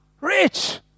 rich